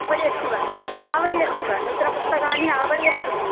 आवलिः अस्ति वा आवलिः अस्ति वा नूतनपुस्तकानि आवलिः अस्ति वा